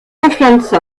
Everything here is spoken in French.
conference